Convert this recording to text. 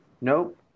Nope